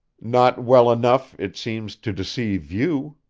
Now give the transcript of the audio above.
not well enough, it seems, to deceive you,